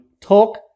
talk